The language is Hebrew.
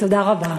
תודה רבה.